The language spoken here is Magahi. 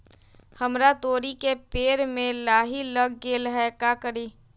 हमरा तोरी के पेड़ में लाही लग गेल है का करी?